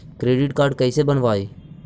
Credit card कैसे बनवाई?